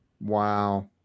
Wow